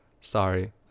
Sorry